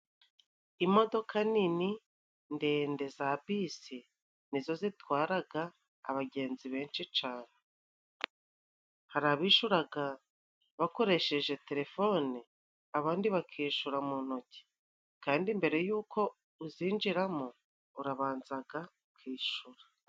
Imodoka nini ndende za bisi ni zo zitwaraga abagenzi benshi cane. Hari abishuraga bakoresheje telefone, abandi bakishura mu ntoki. Kandi mbere y’uko uzinjiramo, urabanzaga ukishura.